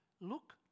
look